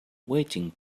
waiting